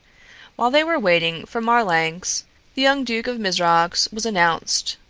while they were waiting for marlanx the young duke of mizrox was announced.